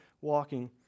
walking